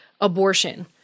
abortion